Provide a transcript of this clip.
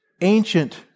ancient